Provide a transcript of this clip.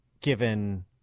given